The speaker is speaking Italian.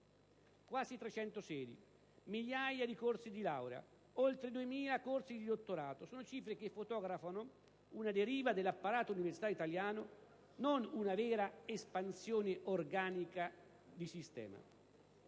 Quasi 300 sedi, migliaia di corsi di laurea, oltre 2.000 corsi di dottorato: sono numeri che fotografano una deriva dell'apparato universitario italiano, non una vera espansione organica del sistema.